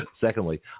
Secondly